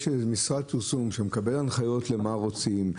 יש משרד פרסום שמקבל הנחיות מה רוצים?